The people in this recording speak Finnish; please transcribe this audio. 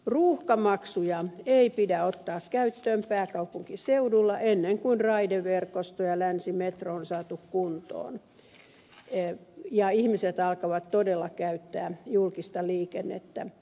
ruuhkamaksuja ei pidä ottaa käyttöön pääkaupunkiseudulla ennen kuin raideverkosto ja länsimetro on saatu kuntoon ja ihmiset alkavat todella käyttää julkista liikennettä